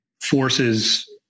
forces